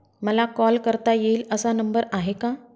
मला कॉल करता येईल असा नंबर आहे का?